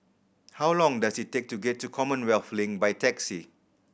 how long does it take to get to Commonwealth Link by taxi